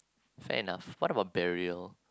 fair enough what about burial